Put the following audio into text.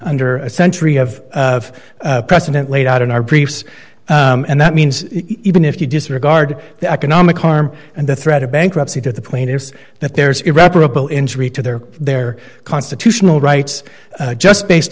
under a century of of precedent laid out in our briefs and that means even if you disregard the economic harm and the threat of bankruptcy to the plaintiffs that there's irreparable injury to their their constitutional rights just based